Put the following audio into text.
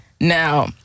Now